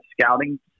scouting